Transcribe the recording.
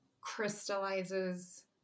crystallizes